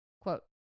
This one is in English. quote